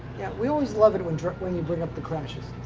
yeah. we always love it when when you bring up the crashes.